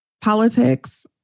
politics